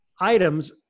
items